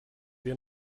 wir